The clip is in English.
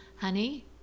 honey